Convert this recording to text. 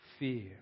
Fear